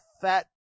fat